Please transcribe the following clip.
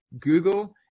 Google